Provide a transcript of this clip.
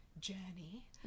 journey